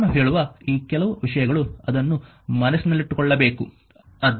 ನಾನು ಹೇಳುವ ಈ ಕೆಲವು ವಿಷಯಗಳು ಅದನ್ನು ಮನಸ್ಸಿನಲ್ಲಿಟ್ಟುಕೊಳ್ಳಬೇಕು